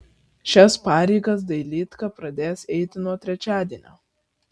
šias pareigas dailydka pradės eiti nuo trečiadienio